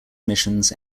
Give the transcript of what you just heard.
emissions